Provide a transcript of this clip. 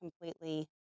completely